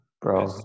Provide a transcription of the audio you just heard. bro